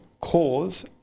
cause